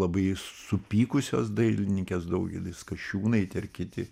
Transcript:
labai supykusios dailininkės daugelis kasčiūnaitė ir kiti